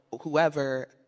whoever